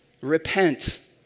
Repent